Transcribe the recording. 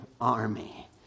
army